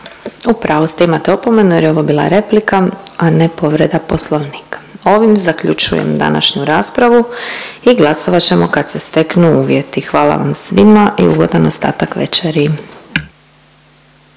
U pravu ste, imate opomenu jer je ovo bila replika, a ne povreda Poslovnika. Ovim zaključujem današnju raspravu i glasovat ćemo kad se steknu uvjeti. Hvala vam svima i ugodan ostatak večeri.